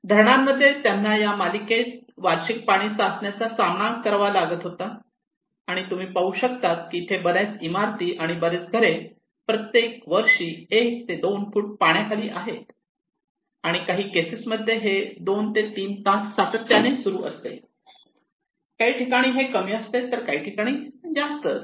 धरणामध्ये त्यांना या मालिकेत वार्षिक पाणी साचण्याचा सामना करावा लागत होता आणि तुम्ही पाहू शकता की इथे बऱ्याच इमारती आणि बरीच घरे प्रत्येक वर्षी एक ते दोन फूट पाण्याखाली आहेत आणि काही केसेस मध्ये हे दोन ते तीन तास सातत्याने सुरू असते काही ठिकाणी हे कमी असते तर काही ठिकाणी जास्त असते